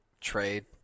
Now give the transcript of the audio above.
trade